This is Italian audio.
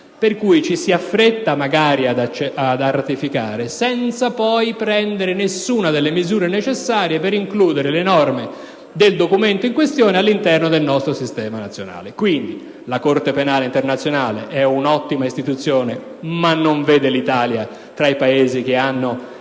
però non è stato ancora ratificato - senza poi prendere alcuna delle misure necessarie per includere le norme del documento in questione all'interno del nostro sistema nazionale. La Corte penale internazionale è un'ottima istituzione, ma non vede l'Italia tra i Paesi che hanno